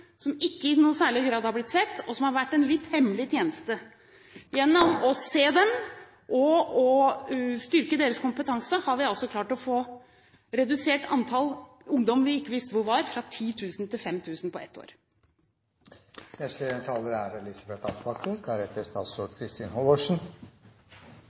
som ikke i noen særlig grad har blitt sett, og som har vært en litt hemmelig tjeneste. Ved å se dem og styrke deres kompetanse har vi altså klart å få redusert antallet ungdom vi ikke visste hvor var, fra 10 000 til 5 000 på ett år. Å bekjempe frafall i videregående opplæring er